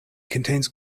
contains